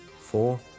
four